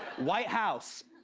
white house,